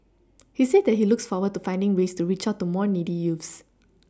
he said that he looks forward to finding ways to reach out to more needy youths